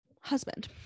husband